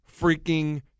freaking